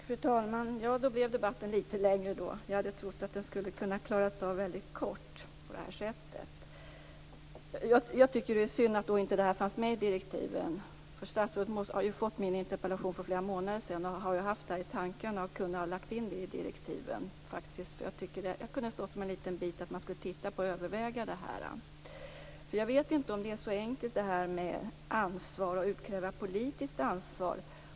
Fru talman! Då blir debatten lite längre. Jag hade trott att den skulle kunna klaras av väldigt kort. Jag tycker att det är synd att detta inte fanns med i direktiven. Statsrådet har ju fått min interpellation för flera månader sedan, haft det här i tankarna och hade kunnat lägga in det i direktiven. Det kunde ha stått att man skall överväga det. Jag vet inte om det är så enkelt att utkräva ett politiskt ansvar.